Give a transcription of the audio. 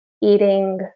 eating